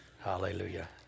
Hallelujah